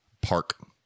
park